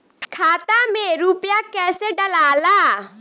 खाता में रूपया कैसे डालाला?